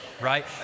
right